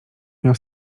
miał